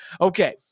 Okay